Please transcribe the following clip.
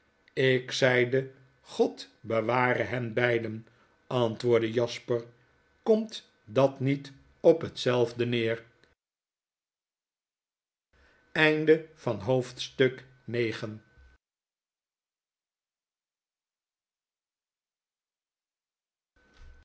ik zeide god beware hen beiden antwoordde jasper komt dat niet op hetzelfde neer